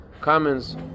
comments